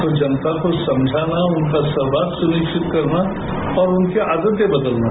तो जनता को समझाना उनका सहभाग सुनिश्चित करना और उनकी आदते बदलना